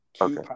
Okay